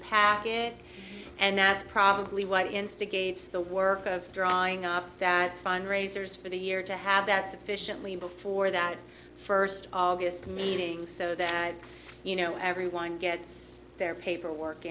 packet and that's probably why instigates the work of drawing up that fund raisers for the year to have that sufficiently before that first of august meetings so that you know everyone gets their paperwork